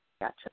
Gotcha